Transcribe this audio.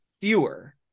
fewer